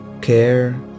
care